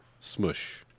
Smush